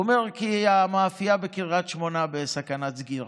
הוא אומר: כי המאפייה בקריית שמונה בסכנת סגירה.